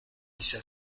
hice